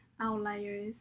outliers